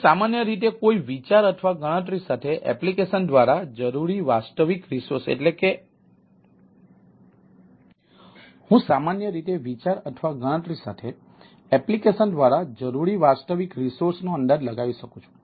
તો resource estimation ફેરબદલ કરું છું